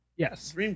Yes